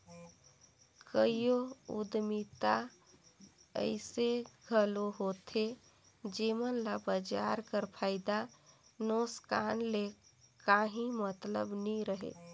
कइयो उद्यमिता अइसे घलो होथे जेमन ल बजार कर फयदा नोसकान ले काहीं मतलब नी रहें